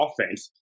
offense